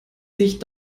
sich